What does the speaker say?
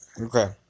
okay